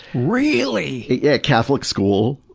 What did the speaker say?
really! yeah. at catholic school!